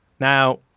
Now